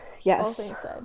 Yes